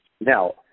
Now